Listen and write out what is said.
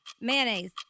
Mayonnaise